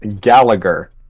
Gallagher